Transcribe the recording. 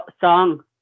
song